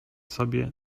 sobie